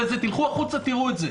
אבל תלכו החוצה ותראו את זה.